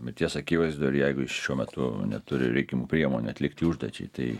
mirties akivaizdoj ir jeigu jis šiuo metu neturi reikiamų priemonių atlikti užduočiai tai